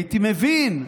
הייתי מבין.